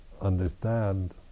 understand